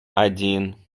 один